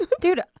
Dude